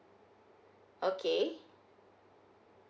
okay